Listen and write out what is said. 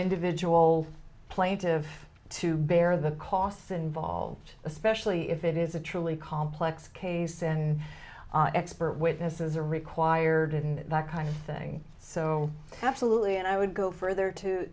individual plaintive to bear the costs involved especially if it is a truly complex case and expert witnesses are required in that kind of thing so absolutely and i would go further to